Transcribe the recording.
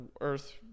earth